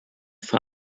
für